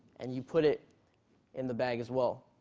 and you put it in the bag as well.